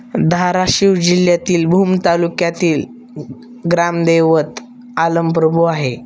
धाराशिव जिल्ह्यातील भूम तालुक्यातील ग्रामदैवत आलमप्रभू आहे